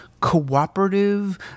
cooperative